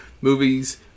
movies